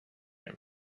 him